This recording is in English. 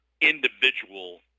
individual